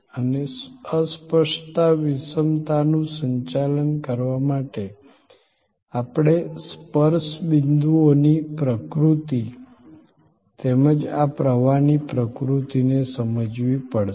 અને અસ્પષ્ટતા વિષમતાનું સંચાલન કરવા માટે આપણે સ્પર્શ બિંદુઓની પ્રકૃતિ તેમજ આ પ્રવાહની પ્રકૃતિને સમજવી પડશે